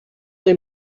they